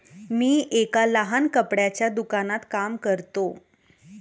मी एका लहान कपड्याच्या दुकानात काम करतो